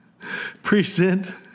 present